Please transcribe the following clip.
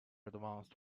advanced